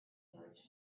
search